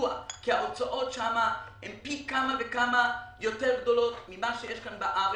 ההוצאות שם הן פי כמה וכמה יותר גדולות מההוצאות בארץ.